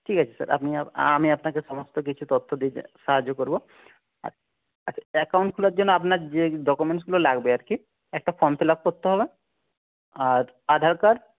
ঠিক আছে স্যার আপনি আমি আপনাকে সমস্ত কিছু তথ্য দিতে সাহায্য করবো অ্যাকাউন্ট খোলার জন্য আপনার যে ডকুমেন্টসগুলো লাগবে আর কি একটা ফর্ম ফিল আপ করতে হবে আর আধার কার্ড